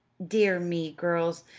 dear me, girls,